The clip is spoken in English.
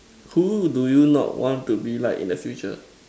who do you not want to be like in the future